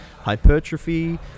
hypertrophy